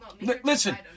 Listen